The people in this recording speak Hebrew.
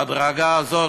שההדרגה הזאת,